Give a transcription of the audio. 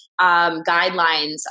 guidelines